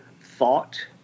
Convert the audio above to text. thought